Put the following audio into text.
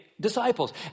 disciples